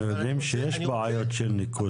אנחנו יודעים שיש היום בעיות של ניקוז.